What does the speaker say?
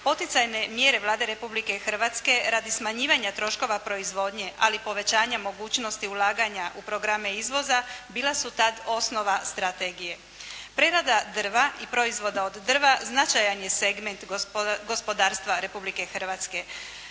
Poticajne mjere Vlade Republike Hrvatske radi smanjivanja troškova proizvodnje, ali povećanja mogućnosti ulaganja u programe izvoza, bila su tada osnova strategije. Prerada drva i proizvoda od drva značajan je segment gospodarstva Republike Hrvatske.